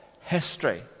history